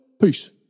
Peace